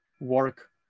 work